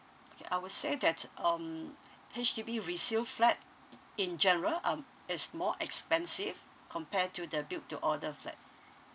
okay I would say that um H_D_B resale flat in general um is more expensive compared to the build to order flat